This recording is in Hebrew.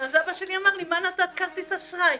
אבא שלי אמר לי, מה נתת כרטיס אשראי?